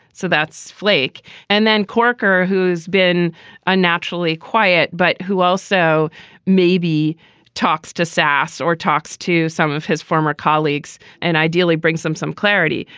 so that's flake and then corker, who's been unnaturally quiet, but who also maybe talks to sasse or talks to some of his former colleagues. and ideally, bring some some clarity.